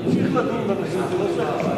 נמשיך לדון בנושא הזה, זה נושא חשוב.